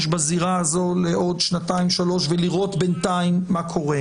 בזירה הזאת לעוד שנתיים-שלוש ולראות בינתיים מה קורה.